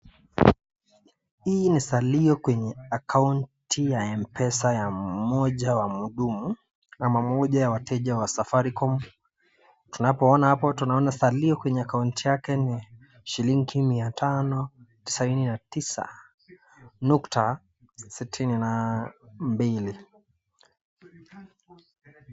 Hii ni salio kwenye akaunti ya Mpesa ya mmoja wa mhudumu ama mmoja ya wateja wa Safaricom. Tunaona hapa salio kwenye akaunti yake ni shilingi mia tano, tisaini na tisa nukta sitini na mbili.